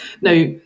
Now